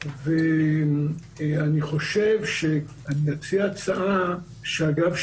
ואני חושב שאני מציע הצעה אגב,